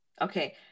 okay